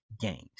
games